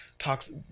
Talks